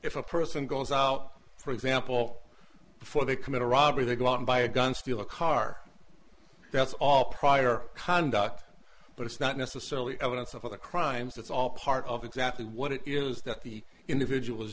if a person goes out for example before they commit a robbery they go out and buy a gun steal a car that's all prior conduct but it's not necessarily evidence of the crimes it's all part of exactly what it is that the individual